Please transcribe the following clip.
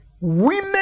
women